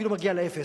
אפילו מגיע לאפס,